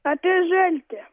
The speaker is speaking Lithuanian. apie žaltį